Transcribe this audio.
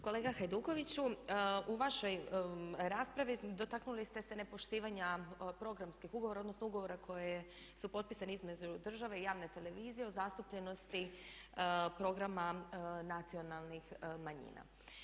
Kolega Hajdukoviću, u vašoj raspravi dotaknuli ste se nepoštivanja programskih ugovora, odnosno ugovora koji su potpisani između države i javne televizije o zastupljenosti programa nacionalnih manjina.